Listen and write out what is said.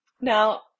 Now